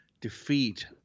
defeat